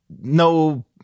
no